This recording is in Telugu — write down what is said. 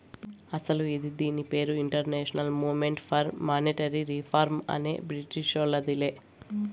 అస్సలు ఇది దీని పేరు international movement for monetary reform అనే బ్రిటీషోల్లదిలే